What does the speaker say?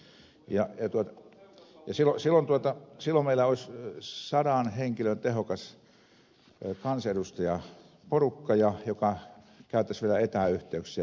silloin meillä olisi sadan henkilön tehokas kansanedustajaporukka joka käyttäisi vielä etäyhteyksiä niin kuin tässä yhdistyslaissa on tarkoitus käyttää